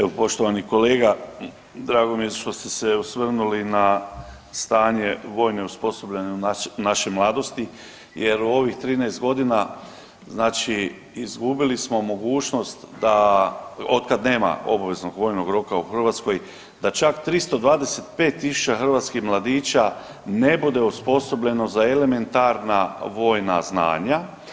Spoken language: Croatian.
Evo poštovani kolega, drago mi je što ste se osvrnuli na stanje vojne osposobljenosti naše mladosti jer u ovih 13.g. znači izgubili smo mogućnost da, otkad nema obveznog vojnog roka u Hrvatskoj da čak 325.000 hrvatskih mladića ne bude osposobljeno za elementarna vojna znanja.